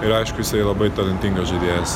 ir aišku jisai labai talentingas žaidėjas